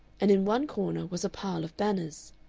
and in one corner was a pile of banners.